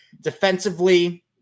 defensively